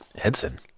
Edson